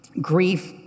Grief